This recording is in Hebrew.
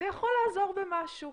זה יכול לעזור במשהו,